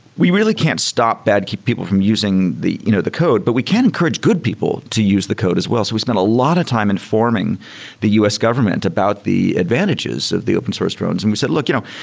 we really can't stop bad people from using the you know the code, but we can encourage good people to use the code as well. so we spent a lot of time informing the u s. government about the advantages of the open source drones and we said, look. you know